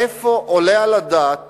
איפה עולה על הדעת